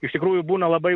iš tikrųjų būna labai